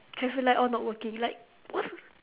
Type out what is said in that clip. traffic light all not working like what